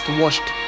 washed